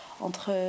entre